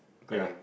ya